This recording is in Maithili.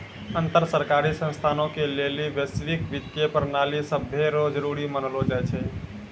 अन्तर सरकारी संस्थानो के लेली वैश्विक वित्तीय प्रणाली सभै से जरुरी मानलो जाय छै